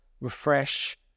refresh